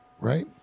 Right